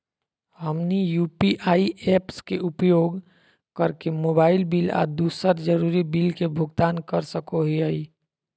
हमनी UPI apps के उपयोग करके मोबाइल बिल आ दूसर जरुरी बिल के भुगतान कर सको हीयई